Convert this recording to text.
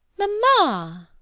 mamma!